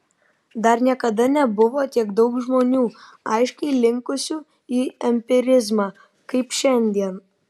dar niekada nebuvo tiek daug žmonių aiškiai linkusių į empirizmą kaip šiandien